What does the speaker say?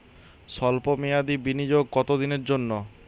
সল্প মেয়াদি বিনিয়োগ কত দিনের জন্য?